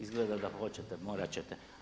Izgleda da hoćete, morat ćete.